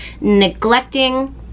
neglecting